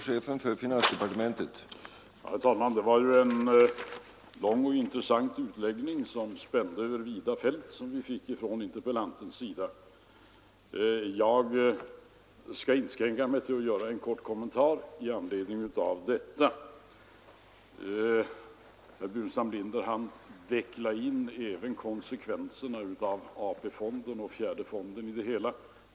Herr talman! Det var ju en lång och intressant utläggning som spände över vida fält som vi fick av interpellanten. Jag skall inskränka mig till att göra en kort kommentar i anledning av detta. Herr Burenstam Linder vecklade in även konsekvenserna av fjärde AP-fonden i det hela.